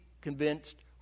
convinced